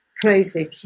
crazy